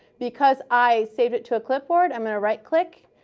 because i saved it to a clipboard, i'm going to right-click,